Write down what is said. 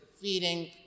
feeding